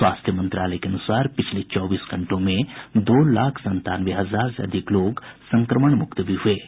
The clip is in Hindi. स्वास्थ्य मंत्रालय के अनुसार पिछले चौबीस घंटों में दो लाख संतानवे हजार से अधिक लोग संक्रमण मुक्त भी हुए हैं